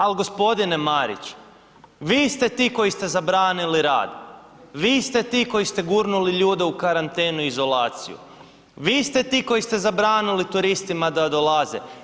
Ali gospodine Marić, vi ste ti koji ste zabranili rad, vi ste ti koji ste gurnuli ljude u karantenu i izolaciju, vi ste ti koji ste zabranili turistima da dolaze.